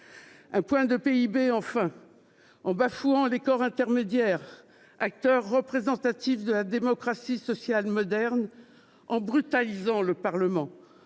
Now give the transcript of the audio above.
Un point de PIB, enfin, en bafouant les corps intermédiaires, acteurs représentatifs de la démocratie sociale moderne, en brutalisant le Parlement,